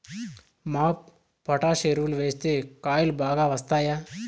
MOP potash ఎరువులు వేస్తే కాయలు బాగా వస్తాయా?